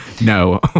No